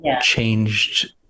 changed